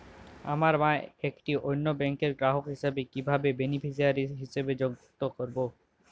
আমার মা একটি অন্য ব্যাংকের গ্রাহক হিসেবে কীভাবে বেনিফিসিয়ারি হিসেবে সংযুক্ত করব?